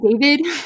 David